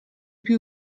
più